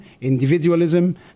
individualism